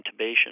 intubation